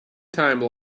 time